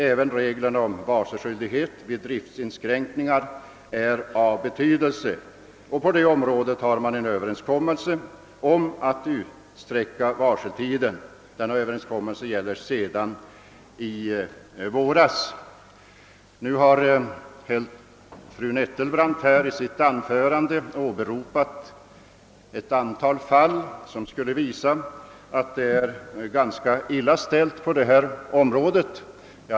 Även reglerna om varselskyldighet vid driftsinskränkningar är av betydelse, och på det området finns sedan i våras en överenskommelse om att utsträcka varseltiden. I sitt anförande nämnde fru Nettelbrandt ett antal fall som skulle visa att det är ganska illa ställt på detta område.